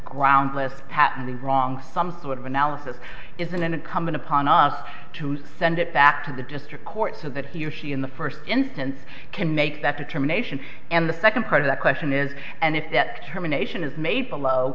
groundless patently wrong some sort of analysis is an incumbent upon us to send it back to the district court so that he or she in the first instance can make that determination and the second part of that question is and if that terminations ma